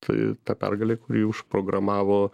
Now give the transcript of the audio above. tai ta pergalė kuri užprogramavo